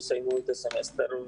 הם יסיימו את הסמסטר.